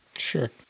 Sure